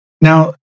Now